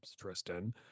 Tristan